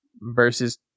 versus